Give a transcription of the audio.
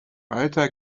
alter